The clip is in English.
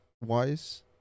wise